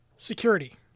Security